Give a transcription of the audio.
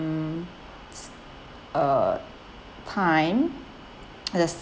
uh s~ uh time the